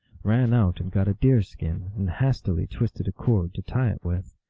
ran out and got a deer-skin, and hastily twisted a cord to tie it with.